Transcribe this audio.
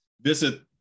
visit